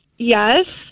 Yes